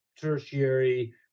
tertiary